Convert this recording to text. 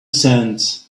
sands